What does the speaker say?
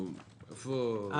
כן, אני רק אומר